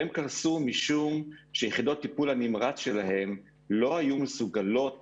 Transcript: והן קרסו משום שיחידות טיפול נמרץ שלהן לא היו מסוגלות